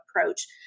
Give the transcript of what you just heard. approach